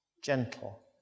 gentle